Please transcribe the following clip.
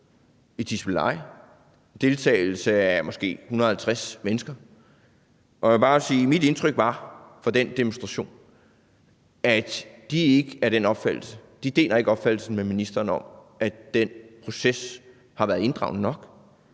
i Tisvildeleje med deltagelse af måske 150 mennesker, og jeg vil bare sige, at mit indtryk fra den demonstration var, at de ikke deler ministerens opfattelse af, at den proces har været inddragende nok.